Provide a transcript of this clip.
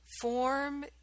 Form